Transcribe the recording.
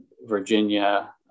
Virginia